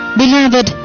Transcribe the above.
beloved